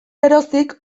geroztik